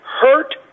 hurt